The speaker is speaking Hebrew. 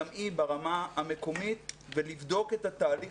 גם היא ברמה המקומית ולבדוק את התהליך